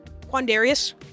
Quandarius